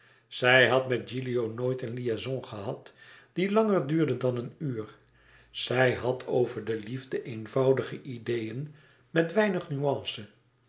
zij had met gilio nooit een liaison gehad die langer duurde dan een uur zij had over de liefde eenvoudige ideeën met weinig nuance